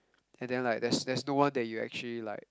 and then like there's there's no one that you are actually like